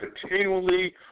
continually